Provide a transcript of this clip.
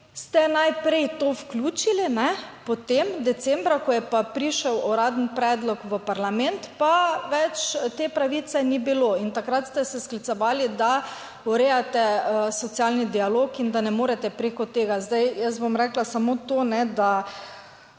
ste najprej to vključili, potem decembra, ko je pa prišel uradni predlog v parlament, pa več te pravice ni bilo. In takrat ste se sklicevali, da urejate socialni dialog in da ne morete preko tega. Zdaj, jaz bom rekla samo to, da